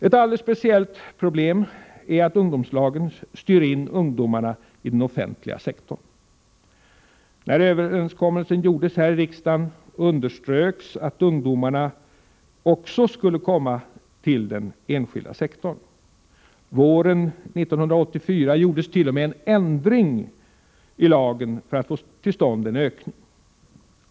Ett alldeles speciellt problem är att ungdomslagen styr in ungdomarna i den offentliga sektorn. När överenskommelsen om ungdomslag träffades här i riksdagen, underströks det att ungdomarna skulle komma också till den enskilda sektorn. Våren 1984 gjordes t.o.m. en ändring i lagen för att få till stånd en ökning.